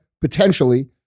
Potentially